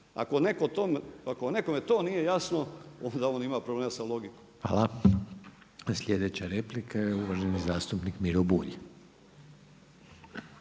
Ako nekome to nije jasno, onda on ima problema sa logikom. **Reiner, Željko (HDZ)** Hvala. Sljedeća replika je uvaženi zastupnik Miro Bulj.